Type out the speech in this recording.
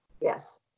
Yes